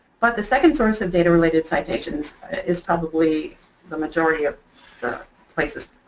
but the second source of data related citations is probably the majority of the places.